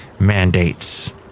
mandates